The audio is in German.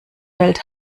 welt